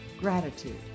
gratitude